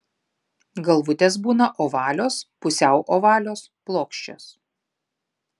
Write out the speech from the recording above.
galvutės būna ovalios pusiau ovalios plokščios